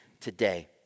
Today